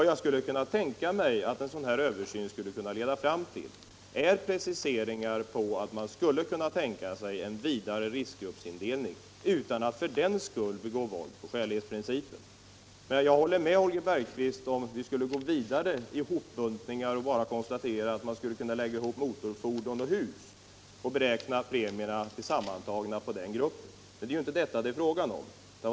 Jag skulle kunna tänka mig en översyn som leder fram till preciseringar om att en vidare riskgruppsindelning är möjlig utan att man för den skull begår våld på skälighetsprincipen. Men om vi skulle gå vidare i hopbuntning kan jag hålla med Holger Bergqvist — man skulle ju kunna lägga ihop motorfordon och hus och beräkna premierna på hela den gruppen. Men det är inte det det är fråga om i det här fallet.